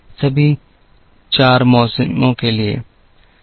सभी 4 मौसमों के लिए